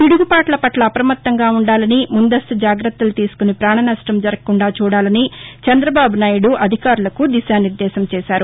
పిడుగుపాట్ల పట్ల అప్రమత్తంగా ఉండాలని ముందస్తు జాగ్రత్తలు తీసుకుని ప్రాణ నష్టం జరగకుండా చూడాలని చంద్రబాబు నాయుడు పజలకు దిశానిర్దేశం చేశారు